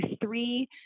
three